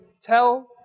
tell